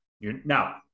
Now